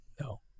No